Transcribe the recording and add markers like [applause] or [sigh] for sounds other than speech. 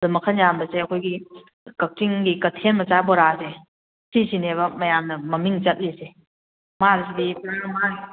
ꯑꯗ ꯃꯈꯟ ꯌꯥꯝꯕꯁꯦ ꯑꯩꯈꯣꯏꯒꯤ ꯀꯛꯆꯤꯡꯒꯤ ꯀꯩꯊꯦꯜ ꯃꯆꯥ ꯕꯣꯔꯥꯁꯦ ꯁꯤꯁꯤꯅꯦꯕ ꯃꯌꯥꯝꯅ ꯃꯃꯤꯡ ꯆꯠꯂꯤꯁꯦ ꯃꯥꯁꯤꯗꯤ [unintelligible]